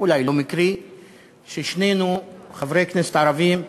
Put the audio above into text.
אולי לא מקרי ששנינו, חברי כנסת ערבים בלבד,